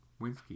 Winsky